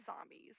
zombies